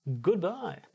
Goodbye